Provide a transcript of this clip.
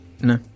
No